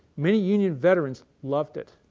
many union veterans loved it.